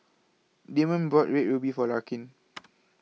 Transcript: Damond bought Red Ruby For Larkin